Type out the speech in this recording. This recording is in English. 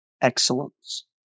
excellence